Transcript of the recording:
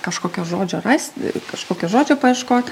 kažkokio žodžio ras kažkokio žodžio paieško